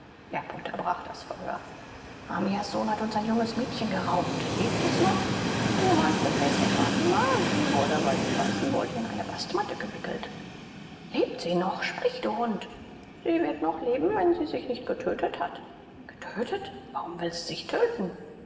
erb unterbrach das verhör hamias sohn hat uns ein junges mädchen geraubt lebt es noch du meinst das mädchen fatima sie wurde weil sie beißen wollte in eine bastmatte gewickelt lebt sie noch sprich du hund sie wird noch leben wenn sie sich nicht getötet hat getötet warum will sie sich töten